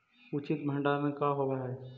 उचित भंडारण का होव हइ?